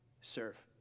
Serve